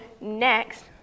next